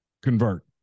convert